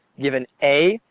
given a,